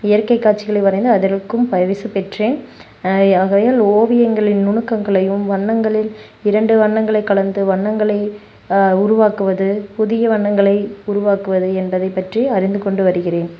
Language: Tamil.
இயற்கை காட்சிகளை வரைந்து அதற்கும் பரிசு பெற்றேன் ஐ ஆகையால் ஓவியங்களின் நுணுக்கங்களையும் வண்ணங்களில் இரண்டு வண்ணங்களை கலந்து வண்ணங்களை உருவாக்குவது புதிய வண்ணங்களை உருவாக்குவது என்பதைப்பற்றி அறிந்து கொண்டு வருகிறேன்